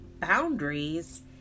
boundaries